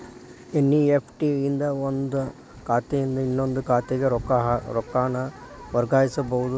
NEFT ಇಂದ ಒಂದ್ ಖಾತೆಯಿಂದ ಇನ್ನೊಂದ್ ಖಾತೆಗ ರೊಕ್ಕಾನ ವರ್ಗಾಯಿಸಬೋದು